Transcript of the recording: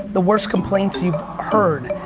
the worst complaints you've heard.